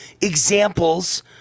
examples